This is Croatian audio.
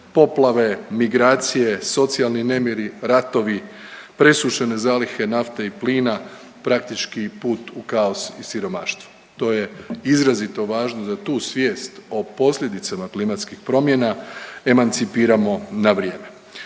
poplave, migracije, socijalni nemiri, ratovi, presušene zalihe nafte i plina praktički put u kaos i siromaštvo. To je izrazito važno za tu svijest o posljedicama klimatskih promjena, emancipiramo na vrijeme.